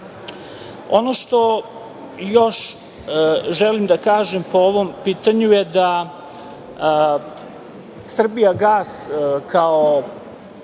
nas. Ono što još želim da kažem po ovom pitanju je da „Srbijagas“ kao